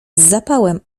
zapałem